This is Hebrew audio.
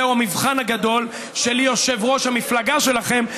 זהו המבחן הגדול של יושב-ראש המפלגה שלכם,